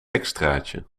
extraatje